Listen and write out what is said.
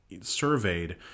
surveyed